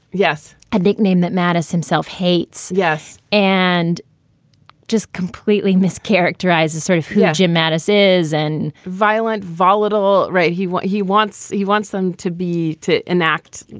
yes. a big name that mattis himself hates. yes. and just completely mischaracterized as sort of of jim mattis is an violent, volatile right. he what he wants, he wants them to be to enact.